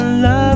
love